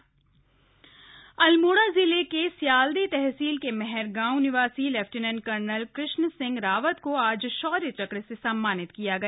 शौर्य चक्र सम्मान अल्मोड़ा जिले के स्याल्दे तहसील के महरगांव निवासी लेफ्टिनेंट कर्नल कृष्ण सिंह रावत को आज शौर्य चक्र से सम्मानित किया गया